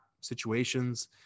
situations